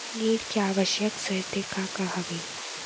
ऋण के आवश्यक शर्तें का का हवे?